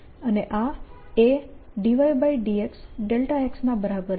અને આ A∂y∂xx ના બરાબર છે